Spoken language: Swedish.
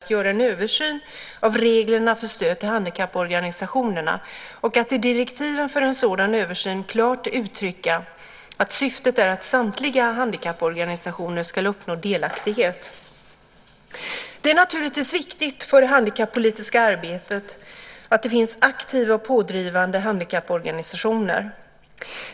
Fru talman! Marietta de Pourbaix-Lundin har frågat mig om jag är beredd att göra en översyn av reglerna för stöd till handikapporganisationerna och att i direktiven för en sådan översyn klart uttrycka att syftet är att samtliga handikapporganisationer ska uppnå delaktighet. Det är naturligtvis viktigt för det handikappolitiska arbetet att det finns aktiva och pådrivande handikapporganisationer.